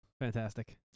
fantastic